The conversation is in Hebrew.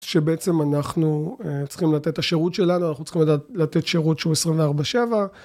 שבעצם אנחנו צריכים לתת את השירות שלנו, אנחנו צריכים לתת שירות שהוא 24/7